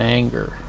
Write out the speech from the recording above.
anger